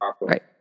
Right